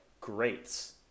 greats